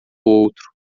outro